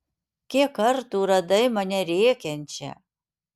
kiek kartų radai mane rėkiančią